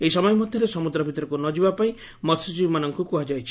ଏହି ସମୟ ଭିତରେ ସମୁଦ୍ର ଭିତରକୁ ନଯିବା ପାଇଁ ମହ୍ୟଜୀବୀମାନଙ୍କୁ କୁହାଯାଇଛି